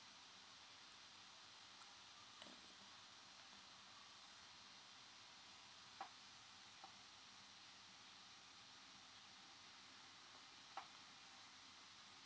mm